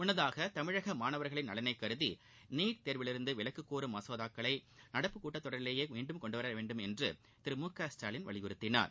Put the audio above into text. முன்னதாக தமிழக மாணவர்களின் நலனை கருதி நீட் தேர்வில் இருந்து விலக்கு கோரும் மசோக்களை நடப்பு கூட்டத்தொடரிவேயே மீண்டும் நிறைவேற்ற வேண்டும் என்று திரு மு க ஸ்டாலின் வலியுறுத்தினார்